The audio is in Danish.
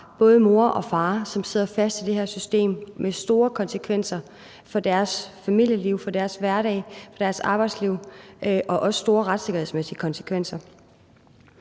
både mødre og fædre, som sidder fast i det her system med store konsekvenser for deres familieliv, deres hverdag og deres arbejdsliv og også med store retssikkerhedsmæssige konsekvenser.